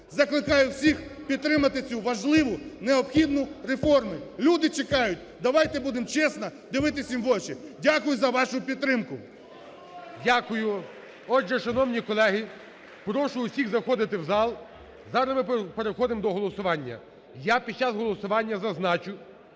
Закликаю всіх підтримати цю важливу необхідну реформу. Люди чекають, давайте будемо чесно дивитися їм в очі. Дякую за вашу підтримку. ГОЛОВУЮЧИЙ. Дякую. Отже, шановні колеги, прошу всіх заходити в зал, зараз ми переходимо до голосування. Я під час голосування зазначу,